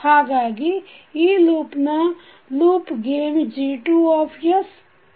ಹಾಗಾಗಿ ಈ ಲೂಪ್ ನ ಲೂಪ್ ಗೇನ್ G2sH1s ಆಗಿರುತ್ತದೆ